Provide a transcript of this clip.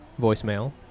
voicemail